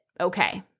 okay